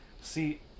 See